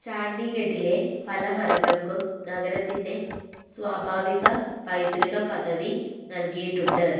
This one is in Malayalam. ചാണ്ഡീഗഡിലെ പല മരങ്ങൾക്കും നഗരത്തിൻ്റെ സ്വാഭാവിക പൈതൃക പദവി നൽകിയിട്ടുണ്ട്